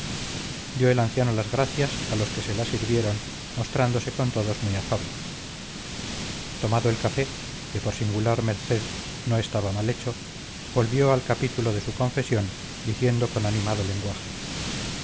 dio el anciano las gracias a los que se la sirvieron mostrándose con todos muy afable tomado el café que por singular merced no estaba mal hecho volvió al capítulo de su confesión diciendo con animado lenguaje